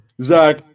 Zach